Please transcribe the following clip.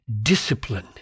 discipline